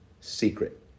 secret